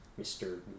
Mr